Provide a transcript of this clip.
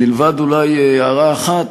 מלבד אולי הערה אחת,